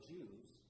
Jews